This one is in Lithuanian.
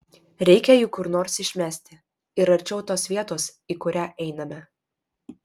reikia jį kur nors išmesti ir arčiau tos vietos į kurią einame